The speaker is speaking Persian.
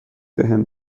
بهم